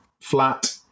flat